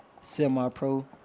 semi-pro